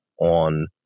on